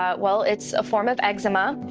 ah well, it's a form of eczema.